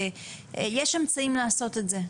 יש אמצעים לעשות את זה.